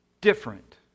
different